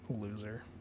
Loser